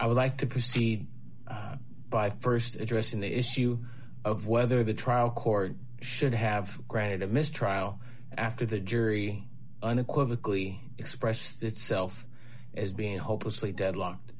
i would like to proceed by st addressing the issue of whether the trial court should have granted a mistrial after the jury unequivocally expressed itself as being hopelessly deadlocked